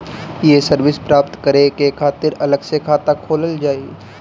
ये सर्विस प्राप्त करे के खातिर अलग से खाता खोलल जाइ?